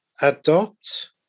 adopt